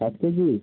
ষাট কেজি